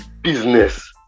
business